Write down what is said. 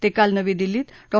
ते काल नवी दिल्लीत डॉ